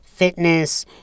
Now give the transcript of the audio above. fitness